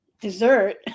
dessert